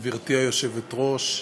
היושבת-ראש,